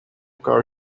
car